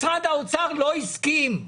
משרד האוצר לא הסכים.